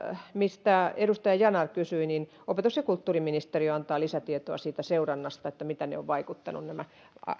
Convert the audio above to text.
mistä edustaja yanar kysyi opetus ja kulttuuriministeriö antaa lisätietoa siitä seurannasta miten nämä maksut ovat vaikuttaneet